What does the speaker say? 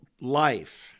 life